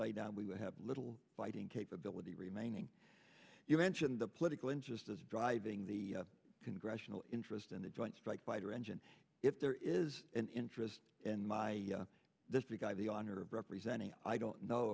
laydown we will have little fighting capability remaining you mentioned the political interest is driving the congressional interest in the joint strike fighter engine if there is an interest in my this guy the honor of representing i don't know